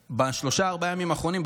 בשלושת-ארבעת הימים האחרונים,